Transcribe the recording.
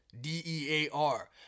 D-E-A-R